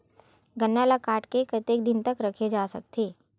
गन्ना ल काट के कतेक दिन तक रखे जा सकथे?